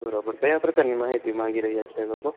બરાબર કયા પ્રકારની માહિતી માંગી રહ્યા છે એ લોકો